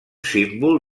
símbol